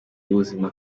y’ubuzima